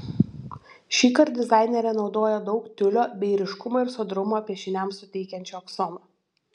šįkart dizainerė naudoja daug tiulio bei ryškumą ir sodrumą piešiniams suteikiančio aksomo